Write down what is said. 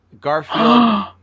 Garfield